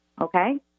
okay